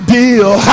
deal